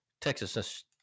texas